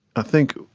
i think